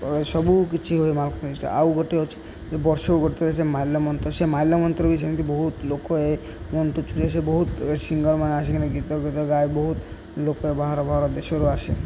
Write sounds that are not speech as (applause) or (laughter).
ସବୁ କିଛି ହୁଏ (unintelligible) ଆଉ ଗୋଟେ ଅଛି ଯେ ବର୍ଷକୁ ଗୋଟେ ଥର ସେ ମାଲ୍ୟବନ୍ତ ସେ ମାଲ୍ୟବନ୍ତରେ ବି ସେମିତି ବହୁତ ଲୋକ ଏ ମଣ୍ଟୁ ଛୁରିଆ ସେ ବହୁତ ସିଙ୍ଗରମାନେ ଆସିକିନା ଗୀତ ଗୀତ ଗାାଇ ବହୁତ ଲୋକେ ବାହାର ବାହାର ଦେଶରୁ ଆସେ